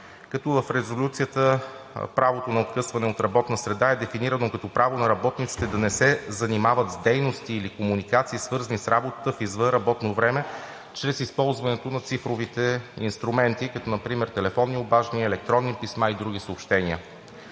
като в резолюцията правото на откъсване от работна среда е дефинирано като: „Право на работниците да не се занимават с дейности или комуникации, свързани с работата в извънработно време чрез използването на цифровите инструменти, като например телефонни обаждания, електронни писма и други съобщения.“